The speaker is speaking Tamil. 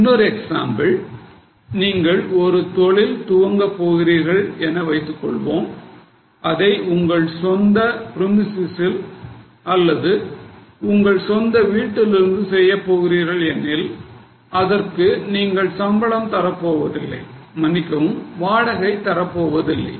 இன்னொரு எக்ஸாம்பிள் நீங்கள் ஒரு தொழில் துவங்க போகிறீர்கள் என வைத்துக்கொள்வோம் அதை உங்கள் சொந்த premises ல் உங்கள் சொந்த வீட்டிலிருந்து செய்யப்போகிறீர்கள் எனில் அதற்கு நீங்கள் சம்பளம் தரப்போவதில்லை மன்னிக்கவும் வாடகை தரப்போவதில்லை